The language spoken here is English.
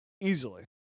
easily